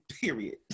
Period